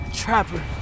trapper